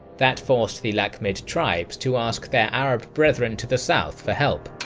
that forced the lakhmid tribes to ask their arab brethren to the south for help.